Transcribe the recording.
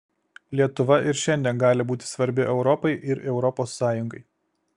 lietuva ir šiandien gali būti svarbi europai ir europos sąjungai